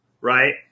right